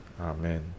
Amen